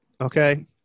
okay